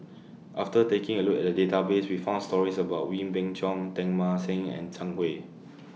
after taking A Look At The Database We found stories about Wee Beng Chong Teng Mah Seng and Zhang Hui